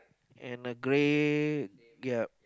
and a grey yep